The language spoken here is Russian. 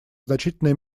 значительной